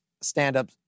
stand-up